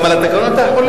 גם על התקנון אתה חולק?